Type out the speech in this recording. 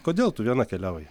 kodėl tu viena keliauji